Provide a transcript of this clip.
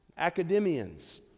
academians